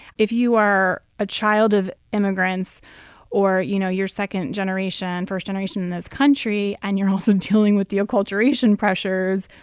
if you are a child of immigrants or, you know, you're second-generation, first-generation in this country and you're also dealing with the acculturation pressures,